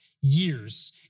years